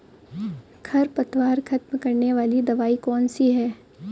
खरपतवार खत्म करने वाली दवाई कौन सी है?